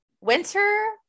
Winter